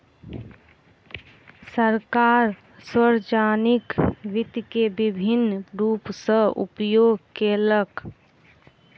सरकार, सार्वजानिक वित्त के विभिन्न रूप सॅ उपयोग केलक